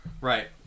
Right